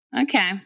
Okay